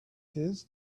his